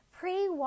Pre